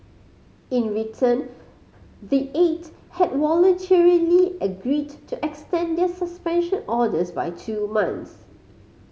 in return the eight have voluntarily agreed to extend their suspension orders by two months